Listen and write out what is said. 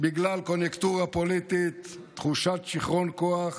בגלל קוניונקטורה פוליטית, תחושת שיכרון כוח